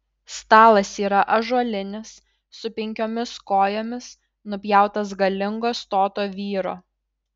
stalas yra ąžuolinis su penkiomis kojomis nupjautas galingo stoto vyro